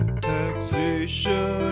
taxation